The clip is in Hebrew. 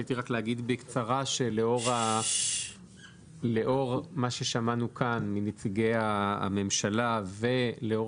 רציתי רק להגיד בקצרה שלאור מה ששמענו כאן מנציגי הממשלה ולאור